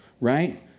right